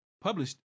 published